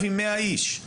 את ה-100 איש האלו תבדוק.